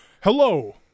Hello